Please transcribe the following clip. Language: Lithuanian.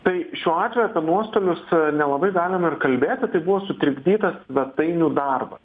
tai šiuo atveju nuostolius nelabai galim ir kalbėti tai buvo sutrikdytas svetainių darbas